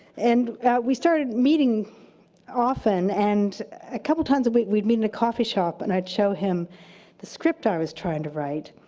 and we started meeting often and a couple times a week we'd meet in a coffee shop and i'd show him the script i was trying to write,